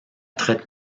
traite